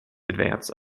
advance